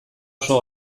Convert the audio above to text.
oso